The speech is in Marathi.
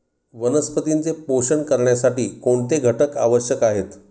वनस्पतींचे पोषण करण्यासाठी कोणते घटक आवश्यक आहेत?